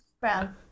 Brown